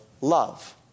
love